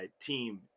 team